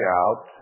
out